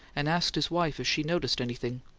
and asked his wife if she noticed anything.